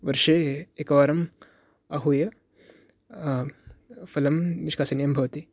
वर्षे एकवारम् आहूय फलं निष्काशनीयं भवति